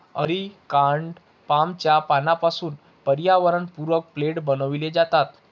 areca nut पामच्या पानांपासून पर्यावरणपूरक प्लेट बनविले जातात